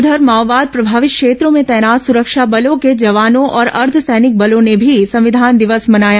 उधर माओवाद प्रभावित क्षेत्रों में तैनात सुरक्षा बलों के जवानों और अर्द्द सैनिक बलों ने भी संविधान दिवस मनाया